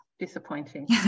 disappointing